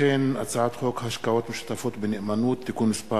הצעת חוק השקעות משותפות בנאמנות (תיקון מס'